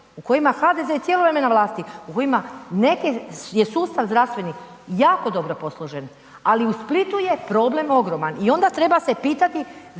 u kojima HDZ cijelo vrijeme na vlasti, u kojima neke je sustav zdravstveni jako dobro posložen, ali u Splitu je problem ogroman i onda treba se pitati